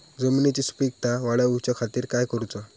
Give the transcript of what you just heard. जमिनीची सुपीकता वाढवच्या खातीर काय करूचा?